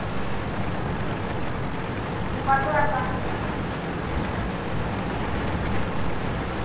ᱚᱱᱠᱟ ᱫᱚ ᱟᱨ ᱵᱟᱝ ᱦᱩᱭᱩᱜᱼᱟ ᱵᱟᱝ ᱦᱮᱸ